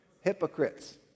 Hypocrites